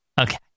Okay